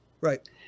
Right